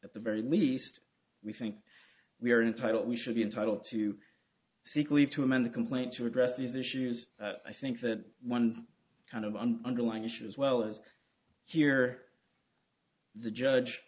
at the very least we think we are entitled we should be entitled to seek leave to amend the complaint to address these issues i think that one kind of underlying issue as well as here the judge